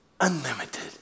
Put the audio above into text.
Unlimited